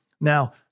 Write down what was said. now